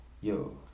Yo